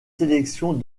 sélections